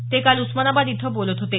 ते काल उस्मानाबाद इथं बोलत होते